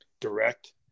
direct